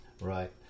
Right